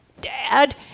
Dad